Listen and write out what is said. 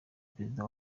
perezida